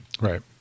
Right